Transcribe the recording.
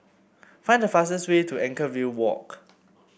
find the fastest way to Anchorvale Walk